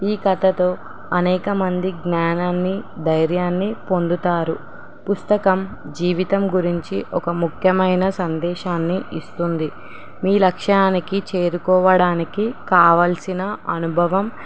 ఈ కథతో అనేకమంది జ్ఞానాన్ని ధైర్యాన్ని పొందుతారు పుస్తకం జీవితం గురించి ఒక ముఖ్యమైన సందేశాన్ని ఇస్తుంది మీ లక్ష్యానికి చేరుకోవడానికి కావాల్సిన అనుభవం